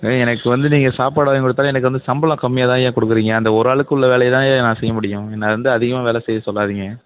எனக்கு வந்து நீங்கள் சாப்பாடு வாங்கி கொடுத்தாலும் எனக்கு வந்து சம்பளம் கம்மியாதான்யா கொடுக்குறீங்க அந்த ஒரு ஆளுக்குள்ள வேலையதான்யா நான் செய்ய முடியும் என்ன வந்து அதிகமாக வேலை செய்ய சொல்லாதீங்க